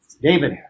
David